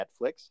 Netflix